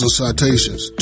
citations